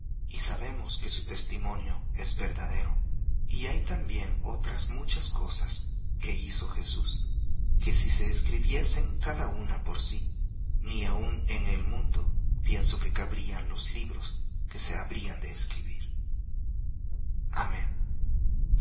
y sabemos que su testimonio es verdadero y hay también otras muchas cosas que hizo jesús que si se escribiesen cada una por sí ni aun en el mundo pienso que cabrían los libros que se habrían de escribir amén